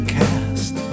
cast